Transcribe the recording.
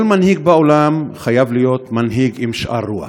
כל מנהיג בעולם חייב להיות עם שאר רוח,